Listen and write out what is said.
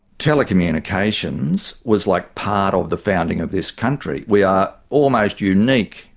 telecommunications was like part of the founding of this country. we are almost unique,